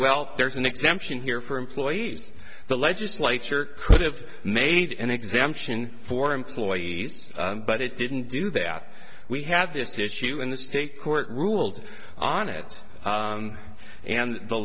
well there's an exemption here for employees the legislature could have made an exemption for employees but it didn't do that we had this issue in the state court ruled on it and the